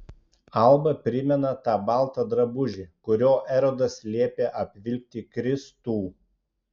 alba primena tą baltą drabužį kuriuo erodas liepė apvilkti kristų